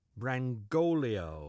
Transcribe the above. Brangolio